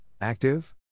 active